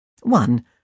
one